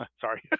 sorry